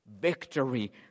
victory